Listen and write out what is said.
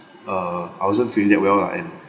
uh I wasn't feeling that well lah and